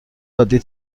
عادی